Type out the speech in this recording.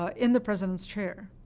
ah in the president's chair,